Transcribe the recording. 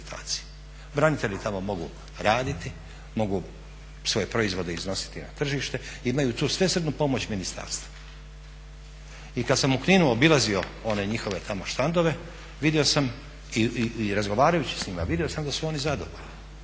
Branitelji tamo mogu raditi, mogu svoje proizvode iznositi na tržište, imaju tu svesrdnu pomoć ministarstva. I kad sam u Kninu obilazio one njihove tamo štandove vidio sam i razgovarajući s njima vidio sam da su oni zadovoljni.